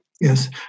Yes